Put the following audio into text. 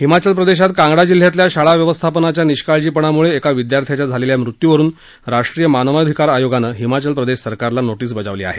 हिमाचल प्रदेशात कांगडा जिल्ह्यातल्या शाळा व्यवस्थापनाच्या निष्काळजीपणामुळे एका विद्यार्थ्याच्या झालेल्या मृत्यूवरून राष्ट्रीय मानवाधिकार आयोगानं हिमाचल प्रदेश सरकारला नोरींस बजावली आहे